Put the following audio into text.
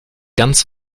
ganz